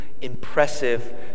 impressive